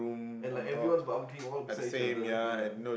and like everyone's barbecuing all beside each other ya